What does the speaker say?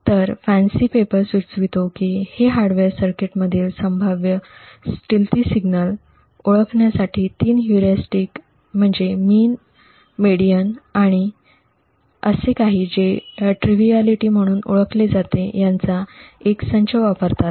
तर fancy paper सुचवितो की ते हार्डवेअर सर्किटमधील संभाव्य स्टिल्टथि सिग्नल ओळखण्यासाठी 3 ह्युरिस्टिक म्हणजे मिन मेडिअन mean median आणि आणि असे काही जे ट्रिव्हिएलिटी म्हणून ओळखल्या जाते यांचा एक संच वापरतात